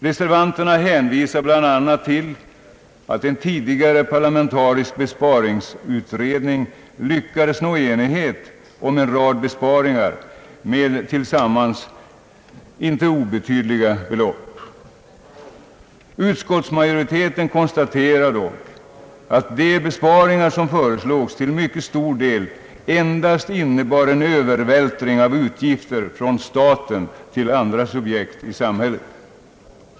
Reservanterna hänvisar bl.a. till att en tidigare parlamentarisk besparingsutredning lyckades nå enighet om en rad besparingar med tillsammans icke obetydliga belopp. Utskottsmajoriteten konstaterar dock att de »besparingar» som föreslogs till mycket stor del endast innebar en övervältring av utgifter från staten till andra subjekt.